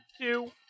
two